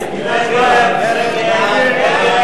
הצעת הסיכום שהביא חבר הכנסת אילן גילאון